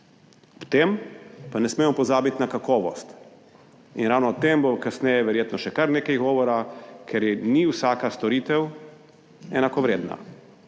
Ob tem pa ne smemo pozabiti na kakovost in ravno o tem bo kasneje verjetno še kar nekaj govora, ker ni vsaka storitev enakovredna.